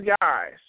guys